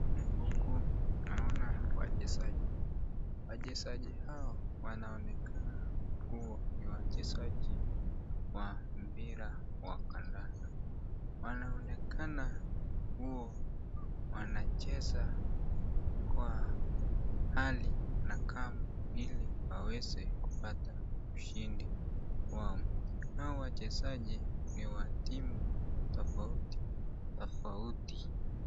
Huku naona wachezaji, wachezaji hawa wanaonekana kuwa ni wachezaji wa mpira wa kadanda. Wanaonekana kuwa wanacheza kwa hali na kam hili waweze kupata ushindi wao na hawa wachezaji ni wa timu tofauti tofauti.